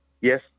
Yes